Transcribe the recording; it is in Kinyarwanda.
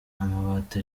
amabati